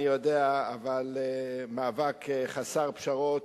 אני יודע, אבל, מאבק חסר פשרות.